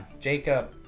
Jacob